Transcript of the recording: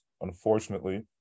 unfortunately